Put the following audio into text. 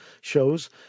shows